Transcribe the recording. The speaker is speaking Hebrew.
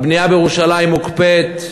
הבנייה בירושלים מוקפאת,